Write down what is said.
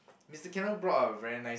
Mister Kenneth brought a very nice